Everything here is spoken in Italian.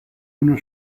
uno